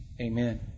Amen